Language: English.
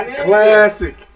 classic